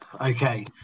Okay